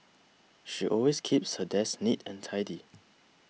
she always keeps her desk neat and tidy